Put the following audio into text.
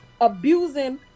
Abusing